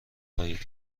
خواهید